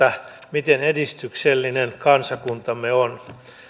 miten edistyksellinen kansakuntamme on